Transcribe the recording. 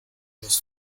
los